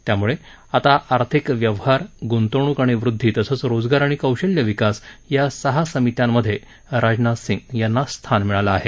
त्यामुळे आता आर्थिक व्यवहार गृंतवणूक आणि वृद्धी तसंच रोजगार आणि कौशल्य विकास या सहा समित्यांमधे राजनाथ सिंग यांना स्थान मिळालं आहे